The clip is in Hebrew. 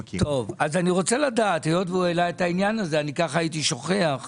אני לא יודע את הנתון המדויק, אני אביא אותו.